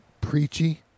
preachy